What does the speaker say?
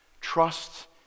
Trust